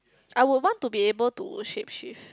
I would want to be able to shape shift